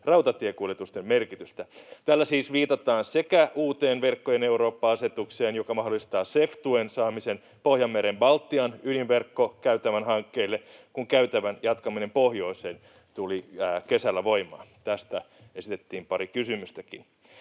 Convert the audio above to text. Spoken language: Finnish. rautatiekuljetusten merkitystä. Tällä siis viitataan uuteen Verkkojen Eurooppa ‑asetukseen, joka mahdollistaa CEF-tuen saamisen Pohjanmeren—Baltian-ydinverkkokäytävän hankkeille, kun käytävän jatkaminen pohjoiseen tuli kesällä voimaan. Tästä esitettiin pari kysymystäkin.